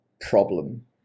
problem